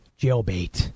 jailbait